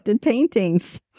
paintings